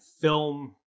film